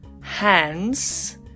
hands